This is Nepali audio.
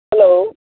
हेलो